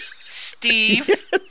Steve